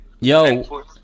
Yo